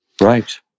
Right